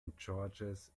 george’s